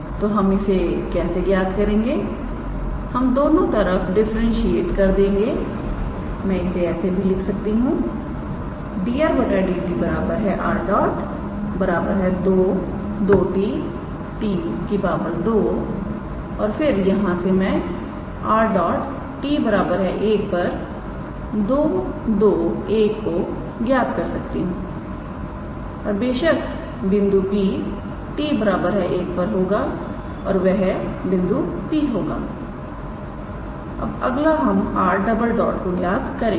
तोहम इसे कैसे ज्ञात करेंगे हम दोनों तरफ डिफरेंसिएट कर देंगे मैं इसे ऐसे भी लिख सकता हूं 𝑑𝑟⃗ 𝑑𝑡 𝑟̇ 22𝑡𝑡 2 और फिर यहां से मैं 𝑟̇𝑡1 221 को ज्ञात कर सकता हूं और बेशक बिंदु P 𝑡 1 पर होगा और वह बिंदु P होगा अब अगला हम 𝑟̈ को ज्ञात करेंगे